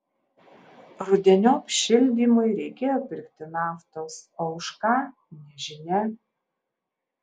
rudeniop šildymui reikėjo pirkti naftos o už ką nežinia